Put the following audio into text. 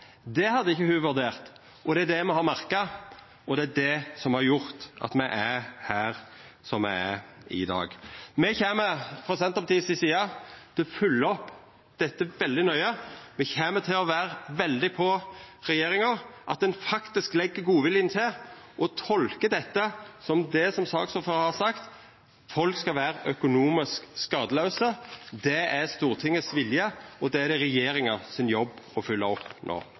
det hadde ho ikkje vurdert. Det er det me har merka, og det er det som har gjort at me er der me er i dag. Frå Senterpartiets side kjem me til å følgja opp dette veldig nøye. Me kjem til å følgja veldig med på regjeringa, at ho faktisk legg godviljen til og tolkar dette som det som saksordføraren har sagt, at folk skal vera økonomisk skadelause. Det er Stortingets vilje, og det er det no regjeringa sin jobb å følgja opp.